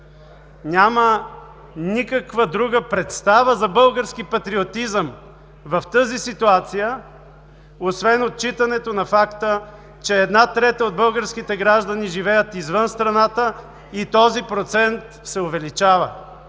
Няма никаква друга представа за български патриотизъм в тази ситуация, освен отчитането на факта, че една трета от българските граждани живеят извън страната и този процент се увеличава.